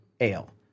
ale